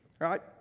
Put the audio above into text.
right